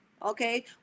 Okay